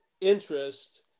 interest